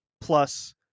plus